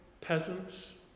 peasants